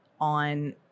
on